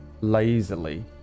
lazily